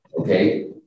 Okay